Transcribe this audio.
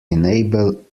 enable